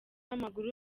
w’amaguru